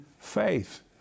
faith